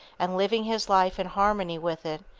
and living his life in harmony with it,